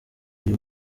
uyu